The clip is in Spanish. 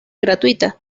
gratuita